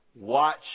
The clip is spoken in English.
Watch